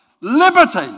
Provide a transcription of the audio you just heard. Liberty